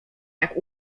jak